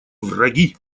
враги